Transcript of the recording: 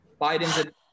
Biden's